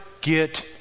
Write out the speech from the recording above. get